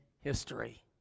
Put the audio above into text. history